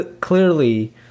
clearly